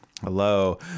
Hello